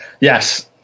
Yes